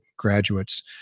graduates